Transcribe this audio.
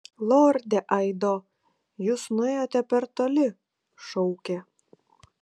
lorde aido jūs nuėjote per toli šaukė